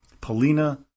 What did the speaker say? Polina